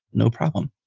no problem.